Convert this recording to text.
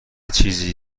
چیزی